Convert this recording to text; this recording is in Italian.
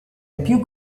più